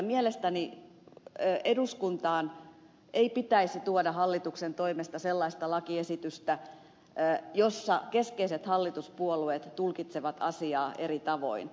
mielestäni eduskuntaan ei pitäisi tuoda hallituksen toimesta sellaista lakiesitystä jossa keskeiset hallituspuolueet tulkitsevat asiaa eri tavoin